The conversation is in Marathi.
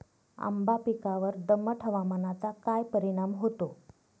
आंबा पिकावर दमट हवामानाचा काय परिणाम होतो?